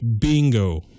Bingo